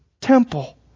temple